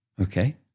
okay